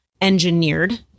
engineered